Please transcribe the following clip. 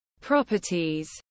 properties